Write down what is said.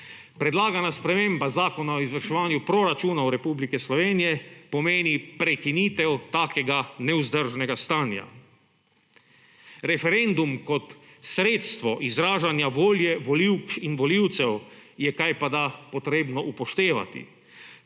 Predlagana sprememba zakona o izvrševanju proračunov Republike Slovenije pomeni prekinitev takega nevzdržnega stanja. Referendum kot sredstvo izražanja volje volivk in volivcev je kajpada treba upoštevati,